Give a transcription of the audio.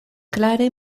klare